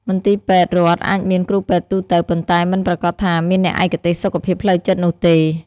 មន្ទីរពេទ្យរដ្ឋអាចមានគ្រូពេទ្យទូទៅ ប៉ុន្តែមិនប្រាកដថាមានអ្នកឯកទេសសុខភាពផ្លូវចិត្តនោះទេ។